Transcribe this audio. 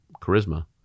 charisma